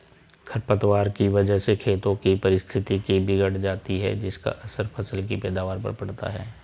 खरपतवार की वजह से खेतों की पारिस्थितिकी बिगड़ जाती है जिसका असर फसल की पैदावार पर पड़ता है